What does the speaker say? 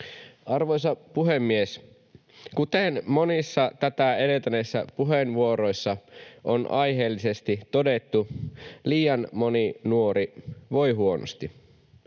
Arvoisa puhemies! Kuten monissa tätä edeltäneissä puheenvuoroissa on aiheellisesti todettu, liian moni nuori voi huonosti.